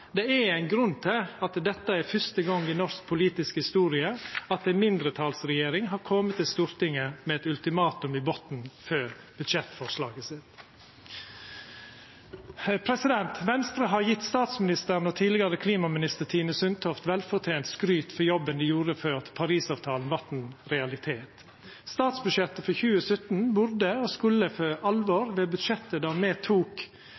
Det er ein grunn til at dette er fyrste gong i norsk politisk historie at ei mindretalsregjering har kome til Stortinget med eit ultimatum i botnen for budsjettforslaget sitt. Venstre har gjeve statsministeren og tidlegare klimaminister Tine Sundtoft velfortent skryt for jobben dei gjorde for at Paris-avtalen vart ein realitet. Statsbudsjettet for 2017 burde og skulle for alvor vera budsjettet der me tok